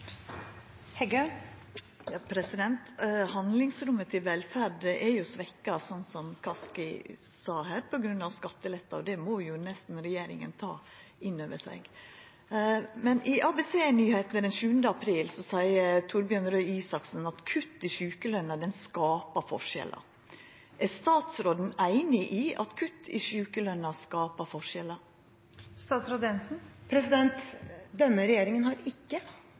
jo svekt, slik representanten Kaski sa her, på grunn av skattelettar. Det må nesten regjeringa ta inn over seg. I ABC Nyheter den 7. april sa Torbjørn Røe Isaksen at kutt i sjukeløna skapar forskjellar. Er statsråden einig i at kutt i sjukeløna skapar forskjellar? Denne regjeringen har